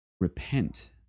repent